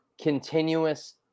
continuous